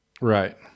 right